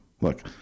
Look